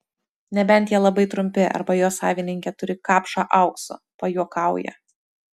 nebent jie labai trumpi arba jo savininkė turi kapšą aukso pajuokauja